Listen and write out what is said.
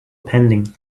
pending